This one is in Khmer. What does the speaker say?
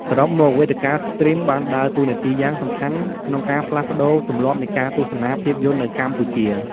សរុបមក វេទិកាស្ទ្រីមបានដើរតួនាទីយ៉ាងសំខាន់ក្នុងការផ្លាស់ប្ដូរទម្លាប់នៃការទស្សនាភាពយន្តនៅកម្ពុជា។